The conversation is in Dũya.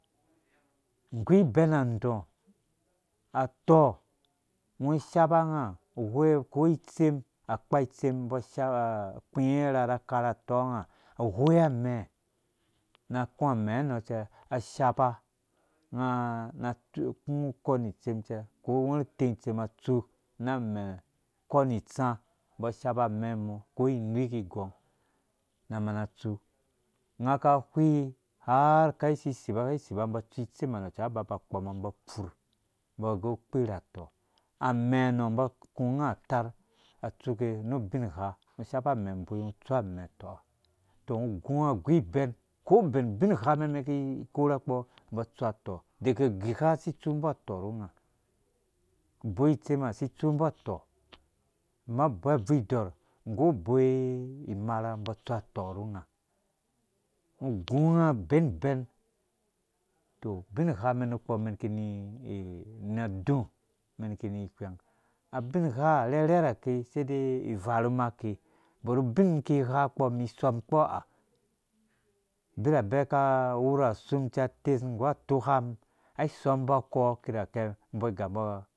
Igu iben andɔɔ atɔɔ ungo usaba unga uwoyi akoi itsem akpa it sem umbɔ asab akpiye ura na akara atɔɔ unga awoya amɛ na aku amɛɛ nɛ cɛ na aku ukwanu itsem cɛ ko ungwɛrhu uteng itsema atsu na amɛ ukwanu utsa mbɔ ashaba amɛɛ mɔ ko inu ki gong na mana atsu unga. aka ihwii har kai sisi ba koi siba umbɔ atsu itsema nɔ cɛ ungo aba ba akpɔma umbo apfurh umbɔ agɛ ukpior atɔɔ amɛɛ nɔ umbɔ aku unga atar atsuka nu ubingha as hapa amɛ unboi ungo utsu amɛ tɔɔ tɔ ungo ugu unga agu ibɛn ko bɛn ubin hamen umen iki ikorha kpɔ umbɔ atsu atoo ru nga uboi itsɛm isi itsumbɔ atɔɔ ama uboi abvurh idɔorh nggu uboi imarha umbɔ atsu atɔɔ ru ungo ungo ugu unga abɛn ibɛn tɔ ubingha amɛn nukpɔ umɛn iki ni na adu umɛn iki ni rhwɛng abingha arhɛrhɛ rhaka isidɛ ivarhum ake bɔr ubin ki igha umum isɔm ukpɔ ha abirabɛ aka awera asum cɛ atesu nggu atɔkam ai isommbɔ akɔɔ akirakɛ umbɔ igambɔ